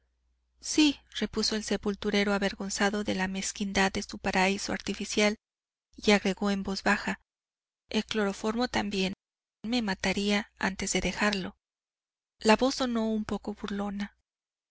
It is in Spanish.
olor cloroformo sí repuso el sepulturero avergonzado de la mezquindad de su paraíso artificial y agregó en voz baja el cloroformo también me mataría antes que dejarlo la voz sonó un poco burlona